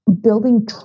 building